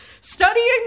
Studying